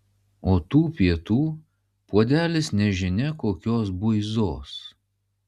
o tų pietų puodelis nežinia kokios buizos